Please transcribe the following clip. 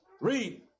Read